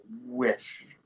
wish